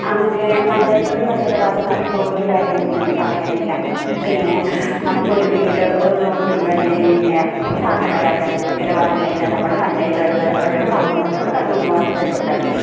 അങ്ങനെ പഞ്ചായത്തോട്ട് ബന്ധപ്പെടാത്ത നമുക്ക് ഒരു കാര്യങ്ങളും തന്നെ പറയാനില്ല പിന്നെ നമുക്കൊരു വീട് ഒന്നും പിന്നെ ഇങ്ങനെ പാട്ട കരാറെഴുതണമെങ്കിലോ അതിന് എല്ലാം നമ്മൾ പഞ്ചായത്തുമായിട്ട് ബന്ധപ്പെട്ടുള്ള സംഭവങ്ങൾ കൂടി കടന്നു പോകേണ്ടതായിട്ടുണ്ട്